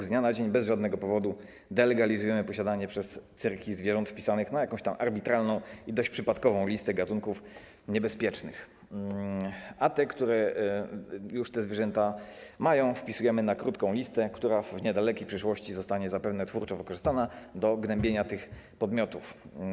Z dnia na dzień, bez żadnego powodu delegalizujemy posiadanie przez cyrki zwierząt wpisanych na jakąś arbitralną i dość przypadkową listę gatunków niebezpiecznych, a te cyrki, które już te zwierzęta mają, wpisujemy na krótką listę, która w niedalekiej przyszłości zostanie zapewne twórczo wykorzystana do gnębienia tych podmiotów.